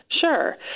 Sure